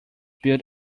built